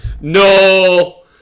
No